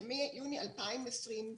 שמיוני 2020,